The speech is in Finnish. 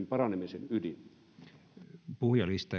paranemisen kova ydin puhujalista